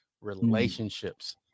relationships